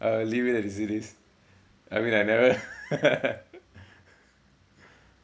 uh leave it as it is I mean I never